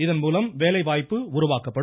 இதன்மூலம் வேலை வாய்ப்பு உருவாக்கப்படும்